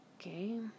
okay